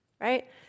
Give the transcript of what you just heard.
right